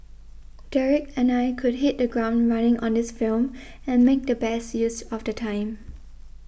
Derek and I could hit the ground running on this film and make the best use of the time